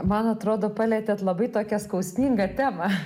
man atrodo palietėt labai tokią skausmingą temą